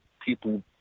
people